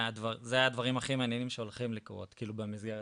זה הדברים הכי מעניינים שהולכים לקרות במסגרת